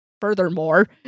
Furthermore